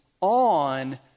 on